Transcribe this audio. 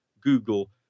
Google